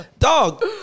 Dog